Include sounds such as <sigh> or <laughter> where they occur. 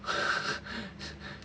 <breath>